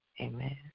Amen